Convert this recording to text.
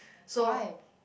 why